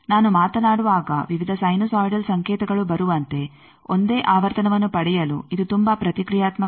ನಾನು ಮಾತನಾಡುವಾಗ ವಿವಿಧ ಸೈನುಸೋಯಿಡಲ್ ಸಂಕೇತಗಳು ಬರುವಂತೆ ಒಂದೇ ಆವರ್ತನವನ್ನು ಪಡೆಯಲು ಇದು ತುಂಬಾ ಪ್ರತಿಕ್ರಿಯಾತ್ಮಕವಾಗಿದೆ